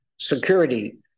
security